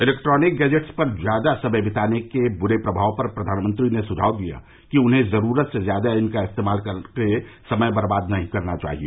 electronic gadgets पर ज्यादा समय बिताने के बुरे प्रभावों पर प्रधानमंत्री ने सुझाव दिया कि उन्हें जरूरत से ज्यादा इनका इस्तेमाल कर समय बर्बाद नहीं करना चाहिए